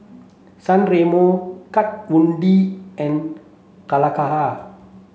San Remo Kat Von D and Calacara